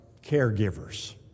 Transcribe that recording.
caregivers